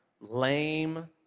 lame